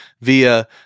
via